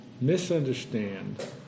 misunderstand